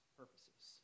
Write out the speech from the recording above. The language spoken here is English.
purposes